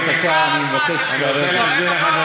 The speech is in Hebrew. בבקשה, אני מבקש לרדת.